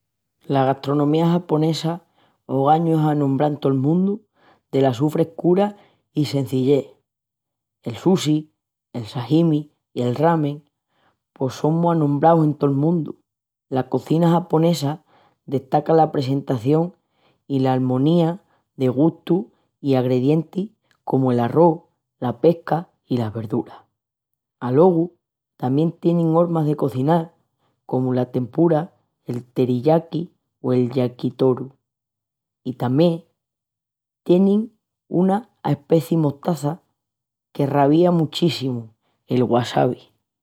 La gastronomía japonesa ogañu es anombrá en tol mundu dela su frescura i cenzillés. El sushi, el sashimi i el ramen pos son mu anombrauss en tol mundu. La cozina japonesa destaca la presentación i l'almonía de gustus i agredientis comu l'arrós, la pesca i las verduras. Alogu tamién tienin hormas de cozinal comu la tempura, el teriyaki o el yakitori. I tamién tienin una aspeci mostaza que ravia muchíssimu, el wasabi.